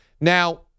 Now